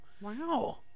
wow